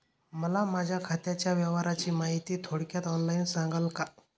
मला माझ्या खात्याच्या व्यवहाराची माहिती थोडक्यात ऑनलाईन सांगाल का?